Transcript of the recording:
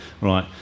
right